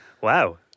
Wow